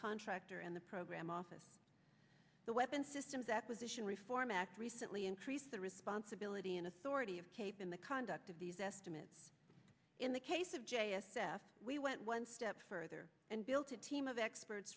contractor and the program office the weapon systems acquisition reform act recently increased the responsibility and authority of cape in the conduct of these estimates in the case of j s f we went one step further and built a team of experts